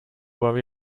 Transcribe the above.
worry